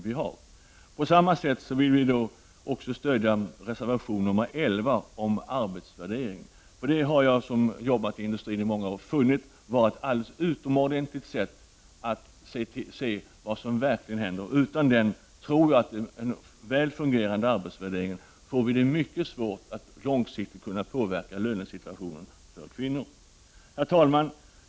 Dessutom stöder vi reservation nr 11 om arbetsvärderingen. Jag har själv jobbat inom industrin under många år och har därför funnit arbetsvärderingen vara ett alldeles utomordentligt sätt att se vad som verkligen händer. Utan en väl fungerande arbetsvärdering tror jag att det blir mycket svårt för oss att långsiktigt påverka lönesituationen för kvinnor. Herr talman!